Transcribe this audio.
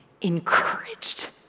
encouraged